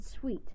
sweet